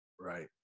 Right